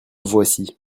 voici